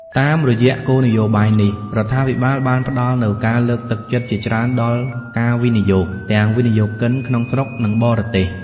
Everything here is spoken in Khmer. តាមរយៈគោលនយោបាយនេះ រដ្ឋាភិបាលបានផ្តល់នូវការលើកទឹកចិត្តជាច្រើនដល់ការវិនិយោគ ទាំងវិនិយោគិនក្នុងស្រុក និងបរទេស។